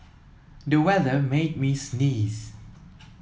the weather made me sneeze